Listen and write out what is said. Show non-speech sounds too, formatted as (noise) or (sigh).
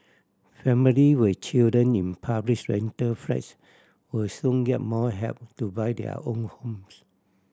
family with children in (unintelligible) rental flats will soon get more help to buy their own homes